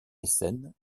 mécène